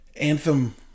Anthem